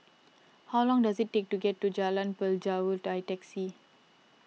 how long does it take to get to Jalan Pelajau by taxi